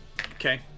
Okay